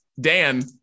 dan